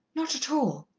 not at all.